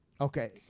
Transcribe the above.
Okay